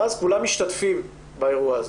כולם משתתפים באירוע.